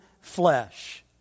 flesh